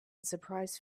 surprise